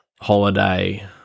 Holiday